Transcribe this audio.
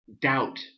doubt